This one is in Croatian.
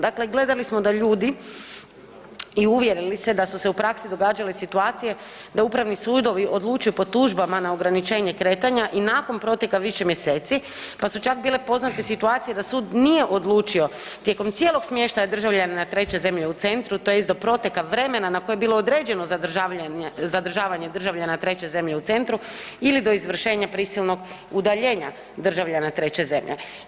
Dakle, gledali smo da ljudi i uvjerili se da su se u praksi događale situacije da upravni sudovi odlučuju po tužbama na ograničenje kretanja i nakon proteka više mjeseci, pa su čak bile poznate situacije da sud nije odlučio tijekom cijelog smještaja državljanina treće zemlje u centru tj. do proteka vremena na koje je bilo određeno zadržavanje državljana treće zemlje u centru ili do izvršenja prisilnog udaljenja državljana treće zemlje.